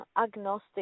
agnostic